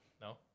no